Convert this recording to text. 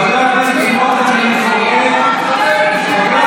דתית, חבר הכנסת סמוטריץ', אני קורא,